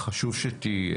חשוב שתהיה.